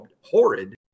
horrid